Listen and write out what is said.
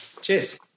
Cheers